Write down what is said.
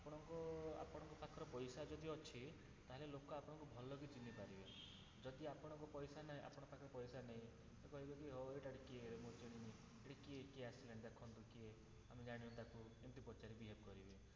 ଆପଣଙ୍କୁ ଆପଣଙ୍କ ପାଖରେ ପଇସା ଯଦି ଅଛି ତାହାଲେ ଲୋକ ଆପଣଙ୍କୁ ଭଲକି ଚିହ୍ନି ପାରିବେ ଯଦି ଆପଣଙ୍କ ପଇସା ନାହିଁ ଆପଣଙ୍କ ପାଖରେ ପଇସା ନାହିଁ ଲୋକ କହିବେ କି ହଉ ଏଇଟା କିଏ ମୁଁ ଚିହ୍ନିନି ଏଇଟା କିଏ କିଏ ଆସିଲାଣି ଦେଖନ୍ତୁ କିଏ ଆମେ ଜାଣିନୁ ତାକୁ ଏମିତି ପଛରେ ବିହେବ୍ କରିବେ